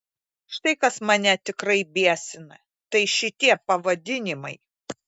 štai kas mane tikrai biesina tai šitie pavadinimai